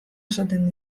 esaten